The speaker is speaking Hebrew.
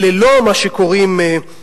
אלה לא מה שקוראים "מסתננים".